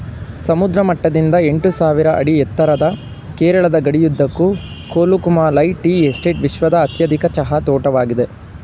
ಸಮುದ್ರ ಮಟ್ಟದಿಂದ ಎಂಟುಸಾವಿರ ಅಡಿ ಎತ್ತರದ ಕೇರಳದ ಗಡಿಯುದ್ದಕ್ಕೂ ಕೊಲುಕುಮಾಲೈ ಟೀ ಎಸ್ಟೇಟ್ ವಿಶ್ವದ ಅತ್ಯಧಿಕ ಚಹಾ ತೋಟವಾಗಿದೆ